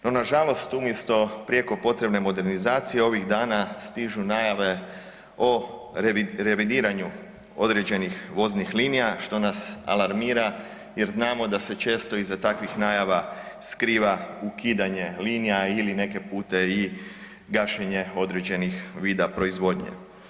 No nažalost umjesto prijeko potrebne modernizacije, ovih dana stižu najave o revidiranju određenih voznih linija, što nas alarmira jer znamo da se često iza takvih najava skriva ukidanje linija ili neke pute i gašenje određenih vida proizvodnje.